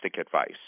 advice